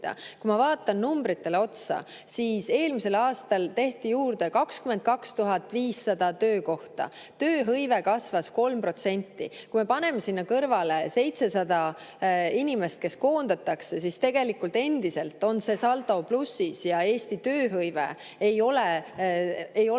Kui ma vaatan numbritele otsa, siis eelmisel aastal tehti juurde 22 500 töökohta, tööhõive kasvas 3%. Kui me paneme sinna kõrvale 700 inimest, kes koondatakse, siis tegelikult endiselt on see saldo plussis ja Eesti tööhõive ei ole madal,